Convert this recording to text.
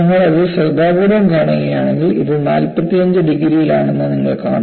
നിങ്ങൾ ഇത് ശ്രദ്ധാപൂർവ്വം കാണുകയാണെങ്കിൽ ഇത് നാൽപത്തിയഞ്ച് ഡിഗ്രിയിലാണെന്ന് നിങ്ങൾ കാണും